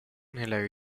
nella